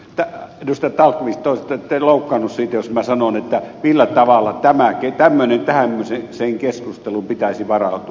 tallqvist toivon ettette loukkaannu siitä jos minä sanon millä tavalla tämmöiseen keskusteluun pitäisi varautua